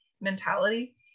mentality